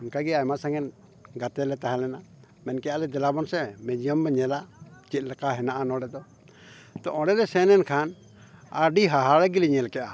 ᱚᱱᱠᱟᱜᱮ ᱟᱭᱢᱟ ᱥᱟᱸᱜᱮ ᱜᱟᱛᱮ ᱞᱮ ᱛᱟᱦᱮᱸᱞᱮᱱᱟ ᱢᱮᱱ ᱠᱮᱫ ᱟᱞᱮ ᱫᱮᱞᱟᱵᱚᱱ ᱥᱮ ᱢᱤᱭᱩᱡᱤᱭᱟᱢ ᱵᱚᱱ ᱧᱮᱞᱟ ᱪᱮᱫ ᱞᱮᱠᱟ ᱦᱮᱱᱟᱜᱼᱟ ᱱᱚᱰᱮ ᱫᱚ ᱛᱚ ᱚᱸᱰᱮ ᱞᱮ ᱥᱮᱱ ᱞᱮᱱᱠᱷᱟᱱ ᱟᱹᱰᱤ ᱦᱟᱦᱟᱲᱮᱜᱮᱞᱮ ᱧᱮᱞ ᱠᱮᱜᱼᱟ